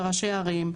וראשי ערים,